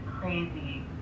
crazy